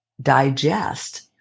digest